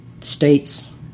states